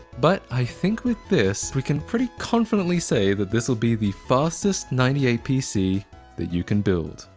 but i think with this, we can pretty confidently say that this will be the fastest ninety eight pc that you can build.